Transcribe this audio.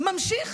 ממשיך